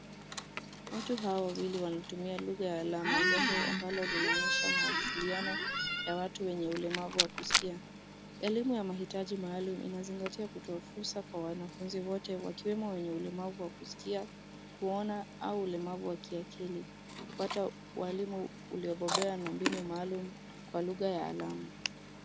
Watu hawa wawili wanatumia lugha ya alama jambo ambalo linaonyesha mawasiliano ya watu wenye ulemavu wa kusikia. Elimu ya mahitaji maalumu inazingatia kutoa fursa kwa wanafunzi wote wakiwemo wenye ulemavu wa kusikia kuona au ulemavu wa kiakili. Kupata ualimu uliobobea na mbinu maalumu kwa lugha ya alama.